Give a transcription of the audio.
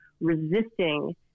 resisting